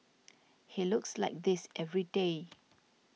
he looks like this every day